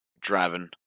Driving